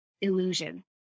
illusion